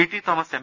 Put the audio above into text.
T Thomas M